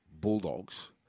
Bulldogs